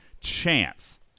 chance